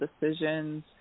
decisions